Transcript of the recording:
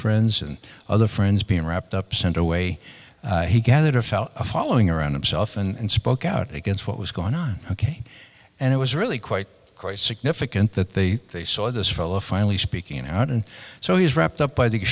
friends and other friends being wrapped up sent away he gathered a fellow following around himself and spoke out against what was going on ok and it was really quite quite significant that the they saw this fellow finally speaking out and so he is wrapped up by the